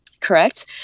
correct